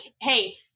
hey